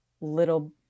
little